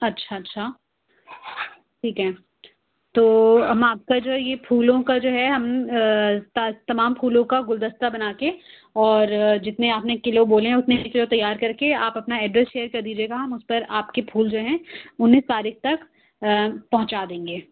اچھا اچھا ٹھیک ہے تو ہم آپ کا جو یہ پھولوں کا جو ہے ہم تمام پھولوں كا گُلدستہ بنا كے اور جتنے آپ نے کلو بولے ہیں اتنے تیار کر کے آپ اپنا ایڈریس شیئر كر دیجیے گا ہم اُس پر آپ كے پھول جو ہیں انّیس تاریخ تک پہنچا دیں گے